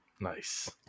Nice